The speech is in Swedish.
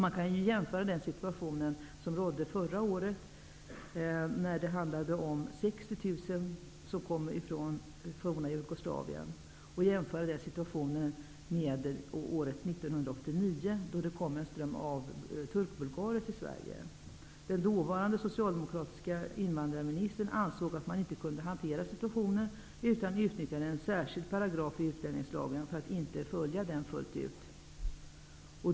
Man kan ju jämföra situationen förra året, när 60 000 människor kom hit från det forna Jugoslavien, med den situation som rådde hösten 1989, då det kom en ström av turkbulgarer till Sverige. Den dåvarande socialdemokratiska invandrarministern ansåg att man inte kunde hantera situationen utan utnyttjade en särskild paragraf i utlänningslagen för att inte följa denna fullt ut.